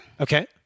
Okay